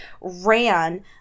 ran